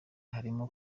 harimo